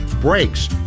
Brakes